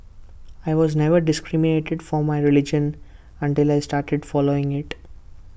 I was never discriminated for my religion until I started following IT